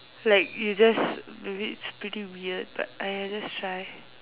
like you just maybe it's pretty weird but !aiya! just try